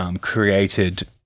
created